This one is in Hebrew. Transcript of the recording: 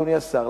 אדוני השר,